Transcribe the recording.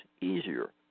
easier